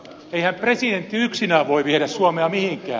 eihän presidentti yksinään voi viedä suomea mihinkään